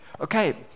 okay